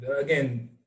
again